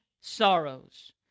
sorrows